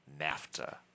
NAFTA